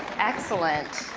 excellent.